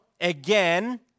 again